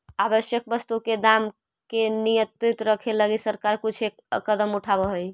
आवश्यक वस्तु के दाम के नियंत्रित रखे लगी सरकार कुछ कदम उठावऽ हइ